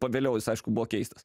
pagaliau jis aišku buvo keistas